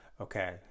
okay